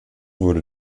wurde